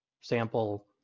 sample